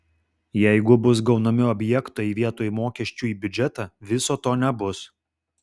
jeigu bus gaunami objektai vietoj mokesčių į biudžetą viso to nebus